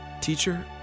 Teacher